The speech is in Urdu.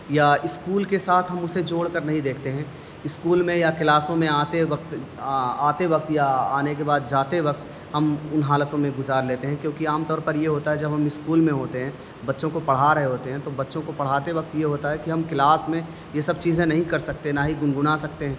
یا اسکول کے ساتھ ہم اسے جوڑ کر نہیں دیکھتے ہیں اسکول میں یا کلاسوں میں آتے وقت آتے وقت یا آنے کے بعد جاتے وقت ہم ان حالتوں میں گزار لیتے ہیں کیونکہ عام طور پر یہ ہوتا ہے جب ہم اسکول میں ہوتے ہیں بچوں کو پڑھا رہے ہوتے ہیں تو بچوں کو پڑھاتے وقت یہ ہوتا ہے کہ ہم کلاس میں یہ سب چیزیں نہیں کر سکتے نہ ہی گنگنا سکتے ہیں